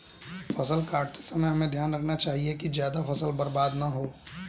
फसल काटते समय हमें ध्यान रखना चाहिए कि ज्यादा फसल बर्बाद न हो